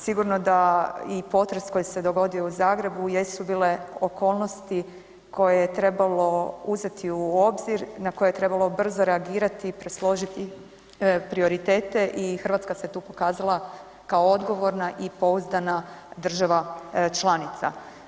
Sigurno da i potres koji se dogodio u Zagrebu jesu bile okolnosti koje je trebalo uzeti u obzir, na koje je trebalo brzo reagirati i presložiti prioritete i Hrvatska se tu pokazala kao odgovorna i pouzdana država članica.